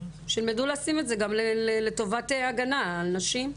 שילמדו לשים את זה גם לטובת הגנה על נשים.